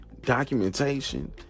documentation